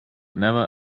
never